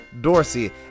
Dorsey